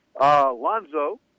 Lonzo